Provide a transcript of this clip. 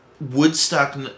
Woodstock